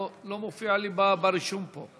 זה לא מופיע לי ברישום פה.